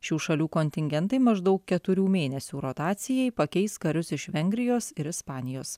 šių šalių kontingentai maždaug keturių mėnesių rotacijai pakeis karius iš vengrijos ir ispanijos